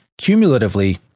cumulatively